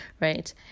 right